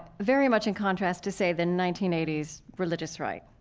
very much in contrast to, say, the nineteen eighty s religious right.